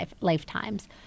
lifetimes